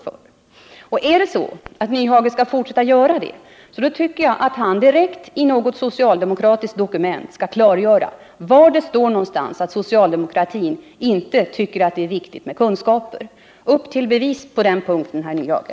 Men om herr Nyhage tänker fortsätta den debatten, tycker jag att han skall klargöra i vilket socialdemokratiskt dokument det står att socialdemokratin inte tycker att det är viktigt med kunskaper. Upp till bevis på den punkten, herr Nyhage!